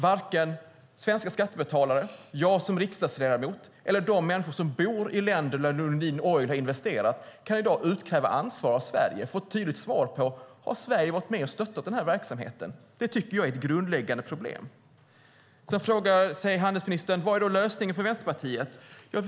Varken svenska skattebetalare, jag som riksdagsledamot eller de människor som bor i länder där Lundin Oil har investerat kan i dag utkräva ansvar av Sverige och få ett tydligt svar på om Sverige har varit med och stöttat den här verksamheten. Det tycker jag är ett grundläggande problem. Sedan frågade handelsministern vad som är Vänsterpartiets lösning.